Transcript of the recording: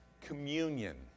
communion